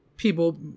People